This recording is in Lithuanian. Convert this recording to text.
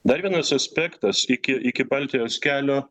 dar vienas aspektas iki iki baltijos kelio